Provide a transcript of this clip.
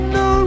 no